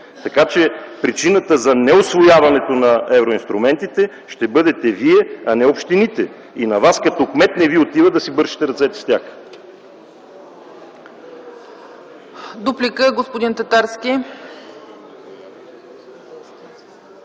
Така че причината за неусвояването на евроинструментите ще бъдете вие, а не общините. И на Вас като кмет не Ви отива да си бършете ръцете с тях.